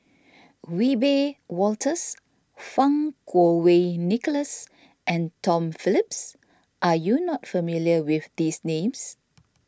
Wiebe Wolters Fang Kuo Wei Nicholas and Tom Phillips are you not familiar with these names